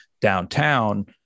downtown